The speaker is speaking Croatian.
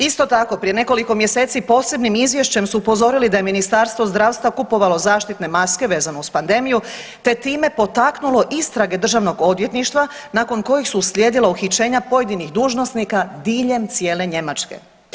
Isto tako, prije nekoliko mjeseci posebnim izvješćem su upozorili da je Ministarstvo zdravstva kupovalo zaštitne maske vezano uz pandemiju te time potaknulo istrage Državnog odvjetništva nakon kojih su uslijedila uhićenja pojedinih dužnosnika diljem cijele Njemačke.